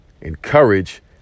encourage